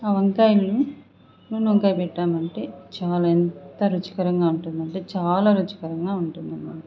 ఆ వంకాయల్ని నూనోంకాయ పెట్టామంటే చాలా ఎంత రుచికరంగా ఉంటాదంటే చాలా రుచి కరంగా ఉంటుందనమాట